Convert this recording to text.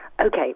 Okay